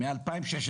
מ-2016,